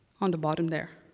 on the bottom there.